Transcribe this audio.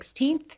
16th